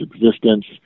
existence